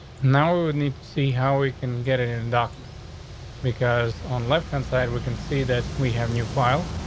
now we need to see how we can get it in documents, because on left ah inside we can see that we have new file.